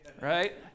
right